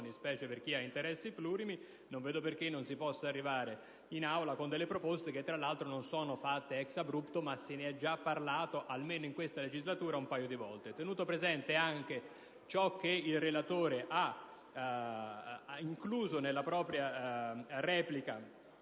specie per chi ha interessi plurimi, non vedo perché non si possa arrivare in Aula con proposte che tra l'altro non sono formulate *ex abrupto*, dato che se ne è già parlato, almeno in questa legislatura, un paio di volte. Tenuto presente anche ciò che il relatore ha incluso nella propria replica